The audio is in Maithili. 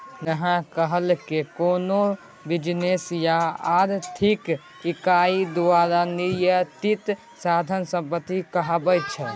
नेहा कहलकै कोनो बिजनेस या आर्थिक इकाई द्वारा नियंत्रित साधन संपत्ति कहाबै छै